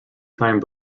time